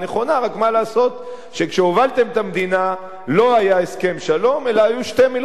רק מה לעשות שכשהובלתם את המדינה לא היה הסכם שלום אלא היו שתי מלחמות,